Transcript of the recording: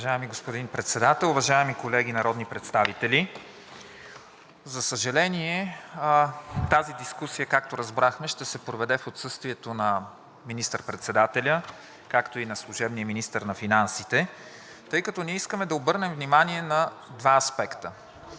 Уважаеми господин Председател, уважаеми колеги народни представители! За съжаление, тази дискусия, както разбрахме, ще се проведе в отсъствието на министър-председателя, както и на служебния министър на финансите, тъй като ние искаме да обърнем внимание на два аспекта.